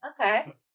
Okay